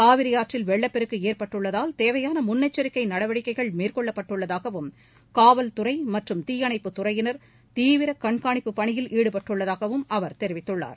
காவிரி ஆற்றில் வெள்ளப்பெருக்கு ஏற்பட்டுள்ளதால் தேவையாள முன்னெச்சரிக்கை நடவடிக்கைகள் மேற்கொள்ளப்பட்டுள்ளதாகவும் காவல்தறை மற்றும் தீயணைப்புத் துறையினர் தீவிர கண்காணிப்புப் பணியில் ஈடுபட்டுள்ளதாகவும் அவர் தெரிவித்துள்ளார்